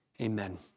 Amen